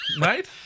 right